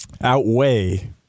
outweigh